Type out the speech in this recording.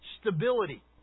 stability